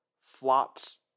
flops